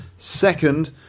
Second